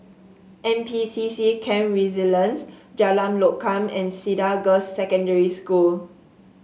N P C C Camp Resilience Jalan Lokam and Cedar Girls' Secondary School